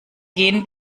gehen